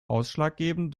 ausschlaggebend